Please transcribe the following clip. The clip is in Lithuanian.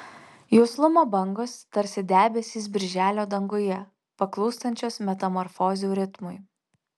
juslumo bangos tarsi debesys birželio danguje paklūstančios metamorfozių ritmui